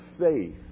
faith